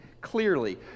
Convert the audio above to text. clearly